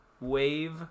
wave